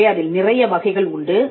எனவே அதில் நிறைய வகைகள் உண்டு